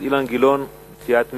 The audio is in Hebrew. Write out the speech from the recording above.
חבר הכנסת אילן גילאון מסיעת מרצ,